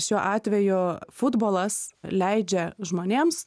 šiuo atveju futbolas leidžia žmonėms